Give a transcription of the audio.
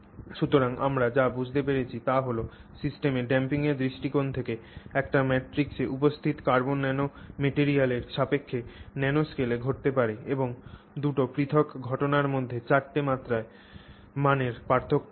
সুতরাং আমরা যা বুঝতে পেরেছি তা হল সিস্টেমে ড্যাম্পিং এর দৃষ্টিকোণ থেকে একটি ম্যাট্রিক্সে উপস্থিত কার্বন ন্যানোম্যাটিলিয়ালের সাপেক্ষে ন্যানোস্কেলে ঘটতে পারে এমন দুটি পৃথক ঘটনার মধ্যে চারটি মাত্রায় মানের পার্থক্য রয়েছে